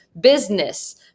business